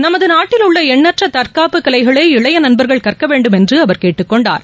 நமது நாட்டில் உள்ள எண்ணற்ற தற்காப்பு கலைகளை இளைய நண்பர்கள் கற்கவேண்டும் என்று அவர் கேட்டுக்கொண்டார்